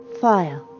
fire